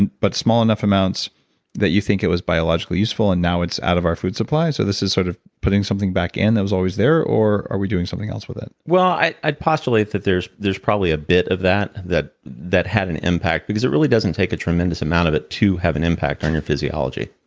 and but small enough amounts that you think it was biologically useful, and now it's out of our food supply? so this is sort of putting something back in that was always there, or are we doing something else with it? well, i'd i'd postulate that there's there's probably a bit of that that that had an impact, because it really doesn't take a tremendous amount of it to have an impact on your physiology